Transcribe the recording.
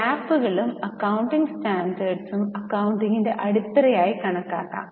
GAAP കളും accounting സ്റ്റാൻഡേർഡ്സും അക്കൌണ്ടിങ്ങിന്റെ അടിത്തറ ആയി കണക്കാക്കാം